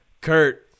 Kurt